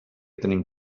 tenim